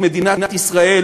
את מדינת ישראל,